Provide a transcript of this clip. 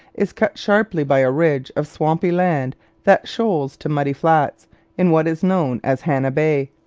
is cut sharply by a ridge of swampy land that shoals to muddy flats in what is known as hannah bay.